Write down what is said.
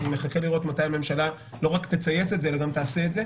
אני מחכה לראות מתי הממשלה לא רק תצייץ את זה אלא גם תעשה את זה.